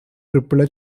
triple